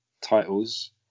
titles